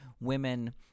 women